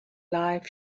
live